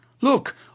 Look